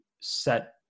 set